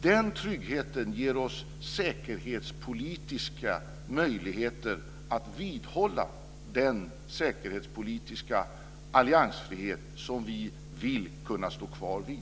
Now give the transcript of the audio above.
Den tryggheten ger oss säkerhetspolitiska möjligheter att vidhålla den säkerhetspolitiska alliansfrihet som vi vill kunna stå kvar vid.